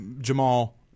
Jamal